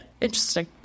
Interesting